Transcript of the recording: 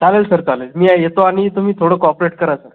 चालेल सर चालेल मी या येतो आणि तुम्ही थोडं कोओपरेट करा सर